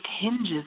hinges